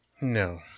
No